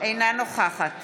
אינה נוכחת